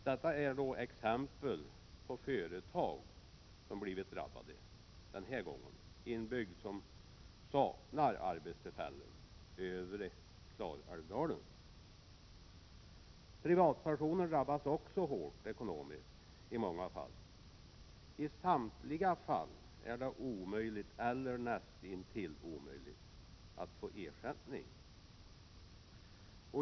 Detta är exempel på företag som blivit drabbade i en bygd som saknar arbetstillfällen, övre Klarälvsdalen. Privatpersoner drabbas också i många fall hårt ekonomiskt. I samtliga fall är det omöjligt eller näst intill omöjligt att få ersättning.